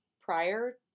prior